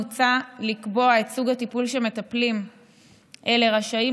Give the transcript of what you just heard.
מוצע לקבוע את סוג הטיפול שמטפלים אלה רשאים